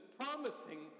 promising